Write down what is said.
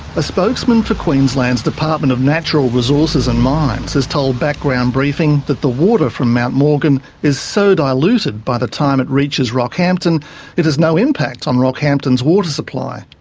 a spokesman for queensland's department of natural resources and mines has told background briefing that the water from mount morgan is so diluted by the time it reaches rockhampton it has no impact on rockhampton's water supply,